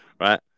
right